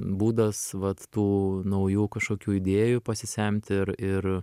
būdas vat tų naujų kažkokių idėjų pasisemt ir ir